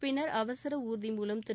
பின்னர் அவசர ஊர்தி மூலம் திரு